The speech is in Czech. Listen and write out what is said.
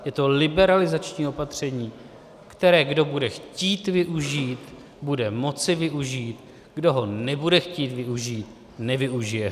Je to liberalizační opatření, které ten, kdo bude chtít využít, bude moci využít, kdo ho nebude chtít využít, nevyužije ho.